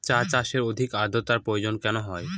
চা চাষে অধিক আদ্রর্তার প্রয়োজন কেন হয়?